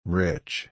rich